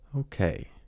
Okay